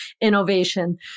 innovation